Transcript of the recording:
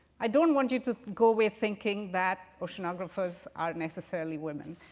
i don't want you to go away thinking that oceanographers are necessarily women,